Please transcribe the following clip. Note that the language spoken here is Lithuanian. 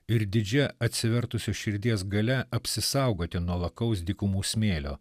ir didžia atsivertusia širdies galia apsisaugoti nuo lakaus dykumų smėlio